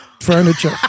furniture